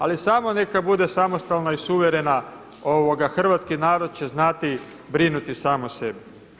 Ali samo neka bude samostalna i suverena, hrvatski narod će znati brinuti sam o sebi.